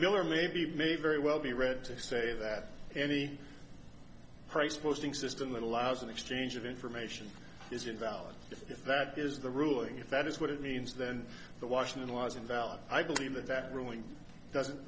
bill or maybe may very well be read to say that any price posting system that allows an exchange of information is invalid if that is the ruling if that is what it means then the washington laws invalid i believe that that ruling doesn't